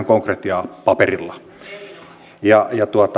konkretiaa paperilla